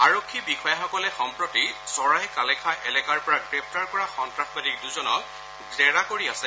আৰক্ষী বিষয়াসকলে সম্প্ৰতি ছৰাই কালেখাঁ এলেকাৰ পৰা গ্ৰেপ্তাৰ কৰা সন্নাসবাদী দুজনক জেৰা কৰি আছে